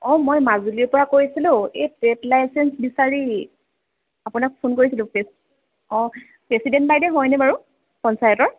অঁ মই মাজুলীৰ পৰা কছিলোঁ এই ট্ৰে'ড লাইচেঞ্চ বিচাৰি আপোনাক ফোন কৰিছিলোঁ প্ৰে অঁ প্ৰেচিডেণ্ট বাইদেউ হয়নে বাৰু পঞ্চায়তৰ